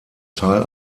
teil